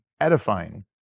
edifying